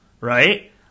right